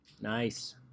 Nice